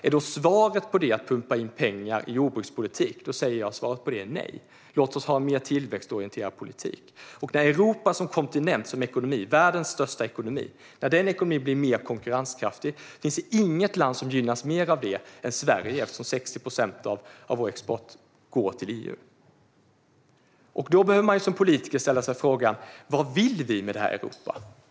Är då svaret på det att pumpa in pengar i jordbrukspolitik? Svaret är nej. Låt oss ha en mer tillväxtorienterad politik. När kontinenten Europas ekonomi, världens största ekonomi, blir mer konkurrenskraftig finns inget land som gynnas mer av det än Sverige eftersom 60 procent av vår export går till EU. Då behöver man som politiker ställa sig frågan: Vad vill vi med detta Europa?